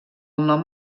nom